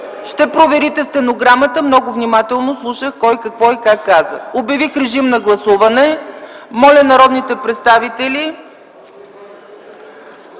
Ще проверите стенограмата. Много внимателно слушах кой какво и как каза. Обявих режим на гласуване. Моля народните представители